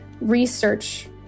research